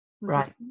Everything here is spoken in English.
Right